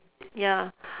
ya